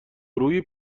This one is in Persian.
روی